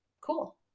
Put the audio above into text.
Cool